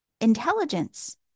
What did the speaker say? intelligence